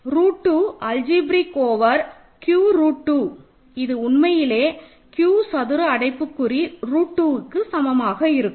root 2 algebra over Q root 2 இது உண்மையிலே Q சதுர அடைப்புக்குறி ரூட் 2க்கு சமமாக இருக்கும்